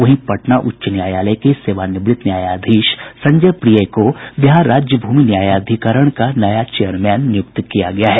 वहीं पटना उच्च न्यायालय के सेवानिवृत्त न्यायाधीश संजय प्रिय को बिहार राज्य भूमि न्यायाधिकरण का नया चेयरमैन नियुक्त किया गया है